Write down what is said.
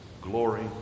glory